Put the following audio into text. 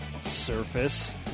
surface